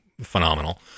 phenomenal